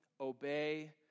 Obey